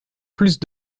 plus